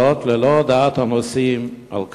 זאת ללא הודעה לנוסעים על כך.